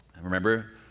Remember